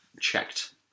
checked